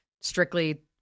strictly